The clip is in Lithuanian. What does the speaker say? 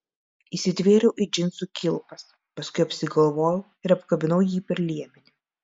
įsitvėriau į džinsų kilpas paskui apsigalvojau ir apkabinau jį per liemenį